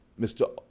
Mr